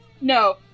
No